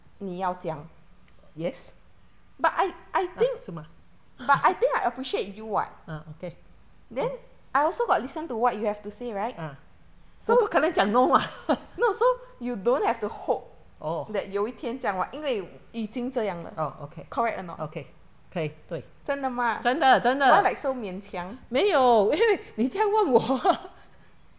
yes 啊是吗 ah okay ah ah 我不可能讲:wo bu keng jiang no 嘛 oh oh okay okay 可以对真的真的没有因为你在问我嘛